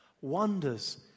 wonders